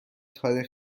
تاریخ